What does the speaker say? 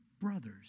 brothers